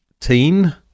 teen